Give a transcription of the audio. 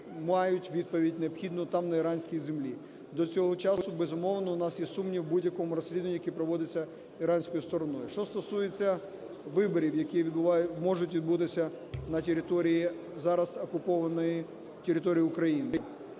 мають відповідь, необхідну там на іранській землі. До цього часу, безумовно, у нас є сумнів в будь-якому розслідуванні, яке проводиться іранською стороною. Що стосується виборів, які можуть відбутися на території, зараз окупованої території України.